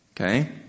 Okay